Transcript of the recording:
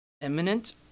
imminent